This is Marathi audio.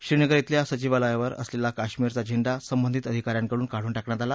श्रीनगर इथल्या सचिवालयावर असलेला काश्मीरचा झेंडा संबंधित अधिकाऱ्यांनी काढून टाकला